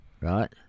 right